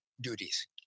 duties